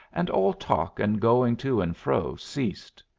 and all talk and going to and fro ceased.